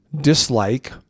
dislike